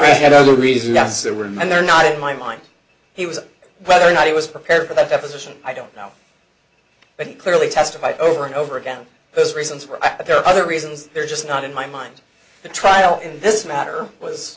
the other reasons there were and they're not in my mind he was whether or not he was prepared for that deposition i don't know but he clearly testified over and over again his reasons were there other reasons they're just not in my mind the trial in this matter was